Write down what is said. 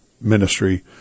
ministry